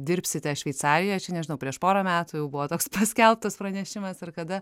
dirbsite šveicarijoj čia nežinau prieš porą metų jau buvo toks paskelbtas pranešimas ar kada